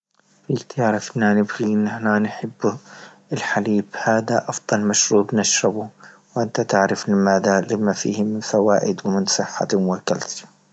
الكل يعرفنا نبغي أن أحنا نحب الحليب هذا أفضل مشروب نشربه، وأنت تعرف لماذا لما فيه من فوائد ومن صحة كليسيوم.